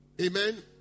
Amen